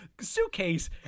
suitcase